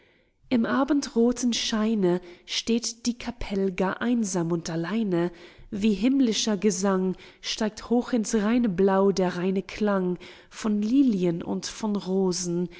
in abendrothem scheine steht die kapell gar einsam und alleine wie himmlischer gesang steigt hoch in's reine blau der reine klang von lilien und von rosen